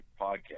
podcast